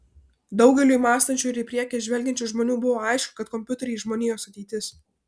daugeliui mąstančių ir į priekį žvelgiančių žmonių buvo aišku kad kompiuteriai žmonijos ateitis